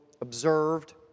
observed